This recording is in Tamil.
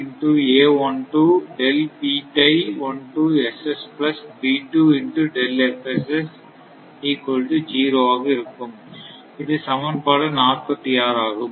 இது சமன்பாடு 46 ஆகும்